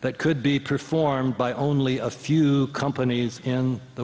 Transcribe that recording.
that could be performed by only a few companies in the